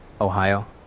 Ohio